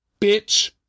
Bitch